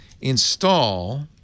install